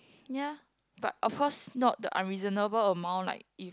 ya but of course not the unreasonable amount like if